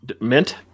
Mint